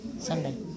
Sunday